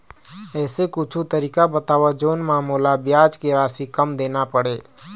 ऐसे कुछू तरीका बताव जोन म मोला ब्याज के राशि कम देना पड़े?